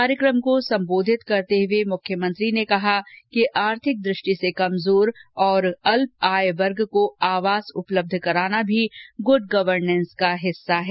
कार्यक्रम को संबोधित करते हुए मुख्यमंत्री ने कहा कि आर्थिक दृष्टि से कमजोर और अल्प आय वर्ग को आवास उपलब्ध कराना भी गूड गवर्नेन्स का हिस्सा है